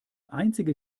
einzige